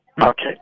Okay